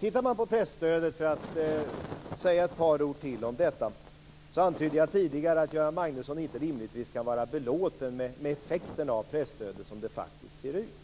Vad gäller presstödet - för att säga ett par ord till om detta - antydde jag tidigare att Göran Magnusson inte rimligtvis kan vara belåten med effekterna av presstödet som det faktiskt ser ut.